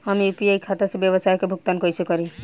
हम यू.पी.आई खाता से व्यावसाय के भुगतान कइसे करि?